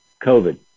COVID